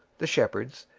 the shepherds,